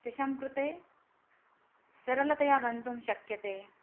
तेषां कृते सरलतया गन्तुं शक्यते